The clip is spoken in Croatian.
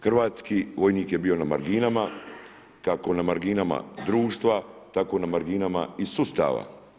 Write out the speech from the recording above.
Hrvatski vojnik je bio na marginama, kako na marginama društva, tako i na marginama i sustava.